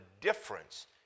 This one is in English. difference